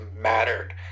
mattered